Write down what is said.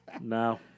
No